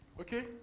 Okay